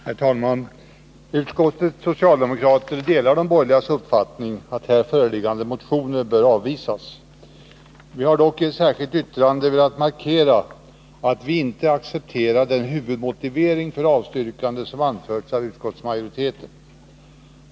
Herr talman! Utskottets socialdemokrater delar de borgerligas uppfattning att här föreliggande motioner bör avvisas. Vi har dock i ett särskilt yttrande velat markera att vi inte accepterar den huvudmotivering för avstyrkandet som anförts av utskottsmajoriteten.